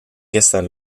gestern